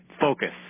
focus